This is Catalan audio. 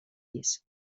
pis